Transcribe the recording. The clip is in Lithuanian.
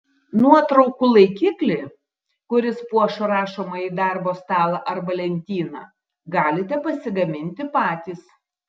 nuotraukų laikiklį kuris puoš rašomąjį darbo stalą arba lentyną galite pasigaminti patys